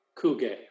Kuge